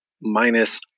minus